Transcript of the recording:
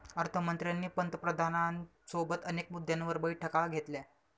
अर्थ मंत्र्यांनी पंतप्रधानांसोबत अनेक मुद्द्यांवर बैठका घेतल्या